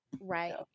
right